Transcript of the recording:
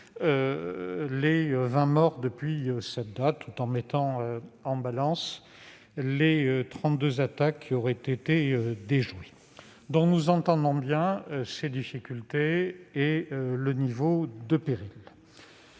et 20 morts depuis 2017, tout en mettant en balance les 32 attaques qui auraient été déjouées. Nous comprenons donc bien les difficultés et le niveau du péril.